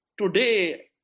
Today